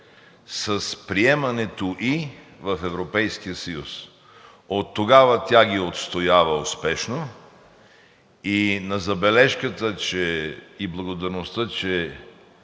с приемането ѝ в Европейския съюз. Оттогава тя ги отстоява успешно и на забележката и благодарността, че